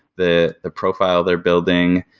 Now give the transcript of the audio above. the the profile they're building,